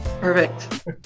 Perfect